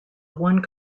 one